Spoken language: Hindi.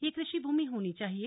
यह कृषि भूमि होनी चाहिए